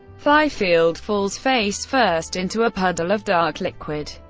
fifield falls face-first into a puddle of dark liquid.